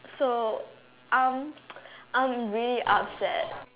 so I'm I'm really upset